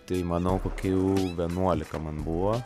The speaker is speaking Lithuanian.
tai manau kokių vienuolika man buvo